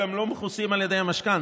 גם לא מכוסים על ידי המשכנתה,